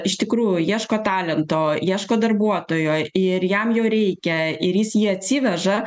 iš tikrųjų ieško talento ieško darbuotojo ir jam jo reikia ir jis jį atsiveža